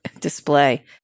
display